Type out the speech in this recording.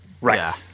right